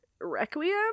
Requiem